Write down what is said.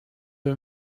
are